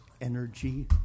energy